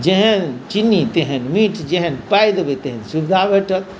जेहन चीनी तेहन मीठ जेहन पाइ देबै तेहन सुविधा भेटत